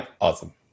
Awesome